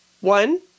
One